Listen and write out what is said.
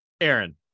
Aaron